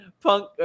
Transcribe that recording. Punk